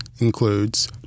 includes